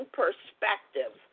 perspective